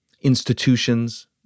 institutions